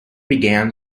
began